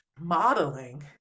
Modeling